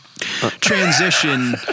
transition